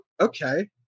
okay